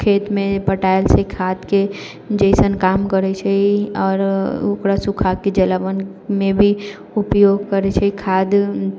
खेतमे पटायल छै खादके जैसन काम करै छै आओर ओकरा सूखाके जलावनमे भी उपयोग करै छै खाद